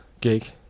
gig